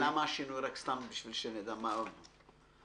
רק בשביל שנדע, ולמה השינוי?